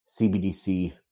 CBDC